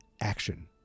action